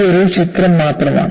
ഇതൊരു ചിത്രം മാത്രമാണ്